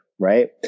Right